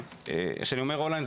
כשאני אומר און-ליין,